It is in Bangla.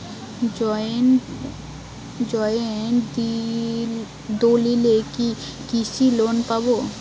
জয়েন্ট দলিলে কি কৃষি লোন পাব?